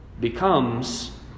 becomes